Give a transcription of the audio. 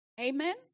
Amen